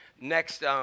next